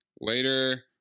Later